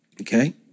Okay